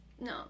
no